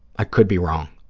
i could be wrong.